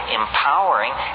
empowering